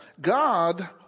God